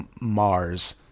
Mars